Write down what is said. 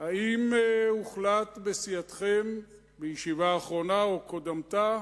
האם הוחלט בסיעתכם, בישיבה האחרונה או בקודמתה,